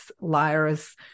liars